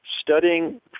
studying